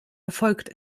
erfolgt